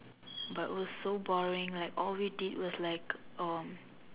but it was boring like all we did was like um